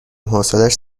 حوصلش